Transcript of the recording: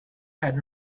have